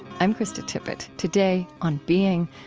i'm krista tippett. today, on being,